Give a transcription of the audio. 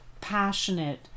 passionate